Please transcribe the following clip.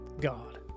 God